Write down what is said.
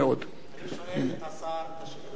אני שואל את השר את השאלה הפשוטה.